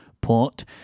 port